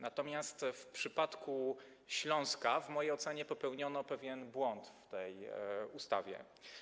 Natomiast w przypadku Śląska w mojej ocenie popełniono pewien błąd w tej ustawie.